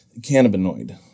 cannabinoid